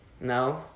No